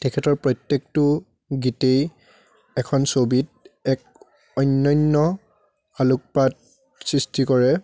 তেখেতৰ প্ৰত্যেকটো গীতেই এখন ছবিত এক অন্য়ন্য় আলোকপাত সৃষ্টি কৰে